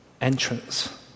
entrance